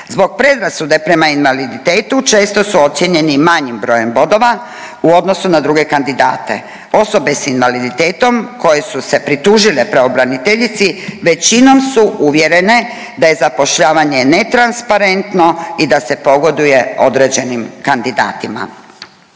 Zbog predrasude prema invaliditetu često su ocijenjeni manjim brojem bodova u odnosu na druge kandidate. Osobe sa invaliditetom koje su se pritužile pravobraniteljici većinom su uvjerene da je zapošljavanje netransparentno i da se pogoduje određenim kandidatima.